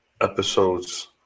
episodes